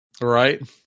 Right